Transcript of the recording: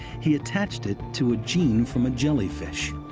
he attached it to a gene from a jellyfish,